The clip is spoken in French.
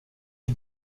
est